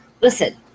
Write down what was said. listen